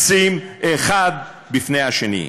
שמתנפצים האחד בפני השני.